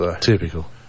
Typical